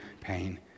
pain